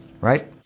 right